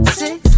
six